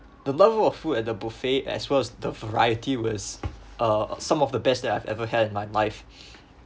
the level of food at the buffet as well as the variety was uh some of the best that I've ever had in my life